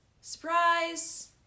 Surprise